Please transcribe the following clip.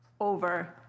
over